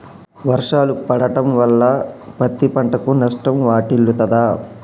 వర్షాలు పడటం వల్ల పత్తి పంటకు నష్టం వాటిల్లుతదా?